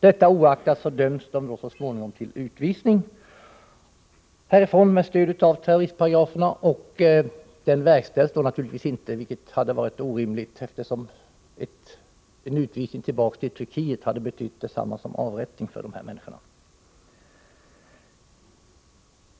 Det oaktat döms de så småningom med stöd av terroristparagraferna till utvisning från vårt land. Domen verkställs naturligtvis inte, vilket hade varit orimligt, eftersom en utvisning tillbaka till Turkiet för dessa människor hade betytt detsamma som avrättning.